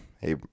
hey